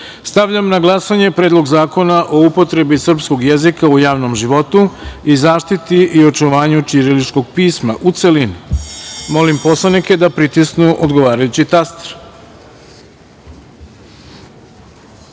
celini. Stavljam na glasanje Predlog zakona o upotrebi srpskog jezika u javnom životu i zaštiti i očuvanju ćiriličkog pisma, u celini. Molim poslanike da pritisnu odgovarajući